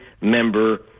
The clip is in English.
member